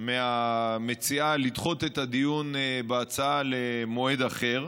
מהמציעה לדחות את הדיון בהצעה למועד אחר.